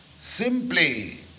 simply